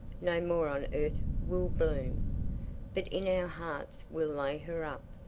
no more on earth will bloom but in our hearts we'll lay her up,